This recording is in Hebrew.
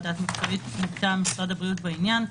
דעת מקצועית מטעם משרד הבריאות בעניין,